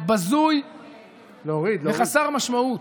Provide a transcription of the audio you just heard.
בזוי וחסר משמעות.